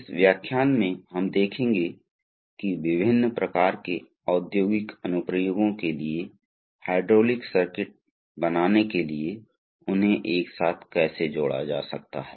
बाद के व्याख्यानों में हम कुछ विशेष घटकों को देखेंगे और हम देखेंगे कि इन घटकों का उपयोग हाइड्रोलिक नियंत्रण प्रणाली बनाने के लिए कैसे किया जा सकता है